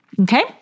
Okay